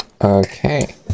Okay